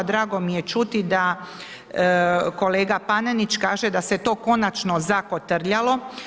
Drago mi je čuti da kolega Panenić kaže da se to konačno zakotrljalo.